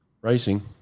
Racing